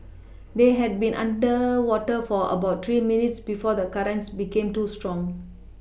they had been underwater for about three minutes before the currents became too strong